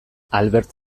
albert